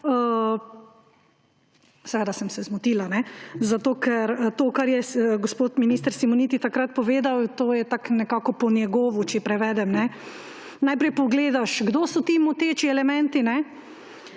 seveda sem se zmotila, Zato ker to, kar je gospod minister Simoniti takrat povedal ‒ to je tako nekako po njegovo, če prevedem – najprej pogledaš, kdo so ti moteči elementi,